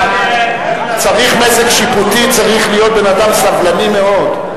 צריך מזג שיפוטי, צריך להיות בן-אדם סבלני מאוד.